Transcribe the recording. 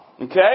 Okay